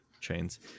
chains